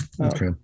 Okay